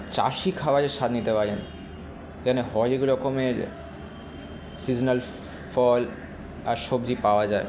চাষি খাবারের স্বাদ নিতে পারেন এখানে হরেক রকমের সিজনাল ফল আর সবজি পাওয়া যায়